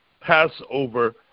Passover